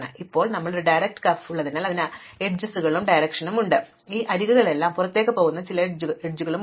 ഇപ്പോൾ ഞങ്ങൾക്ക് ഒരു ഡയറക്ട് ഗ്രാഫ് ഉള്ളതിനാൽ ഞങ്ങൾക്ക് അരികുകളിൽ ഒരു ദിശകളുണ്ട് ഞങ്ങൾക്ക് വരുന്ന ചില അരികുകളും പുറത്തുപോകുന്ന ചില അരികുകളും ഉണ്ട്